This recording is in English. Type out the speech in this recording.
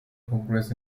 congress